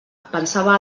pensava